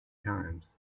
times